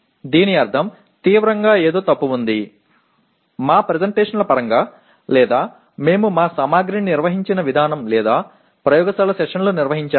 దీని అర్థం తీవ్రంగా ఏదో తప్పు ఉంది మా ప్రెజెంటేషన్ల పరంగా లేదా మేము మా సామగ్రిని నిర్వహించిన విధానం లేదా ప్రయోగశాల సెషన్లను నిర్వహించాము